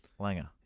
Langer